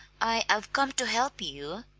i i've come to help you.